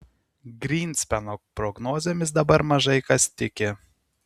grynspeno prognozėmis dabar mažai kas tiki